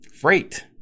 freight